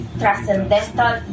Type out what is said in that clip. transcendental